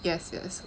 yes yes